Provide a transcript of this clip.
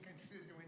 considering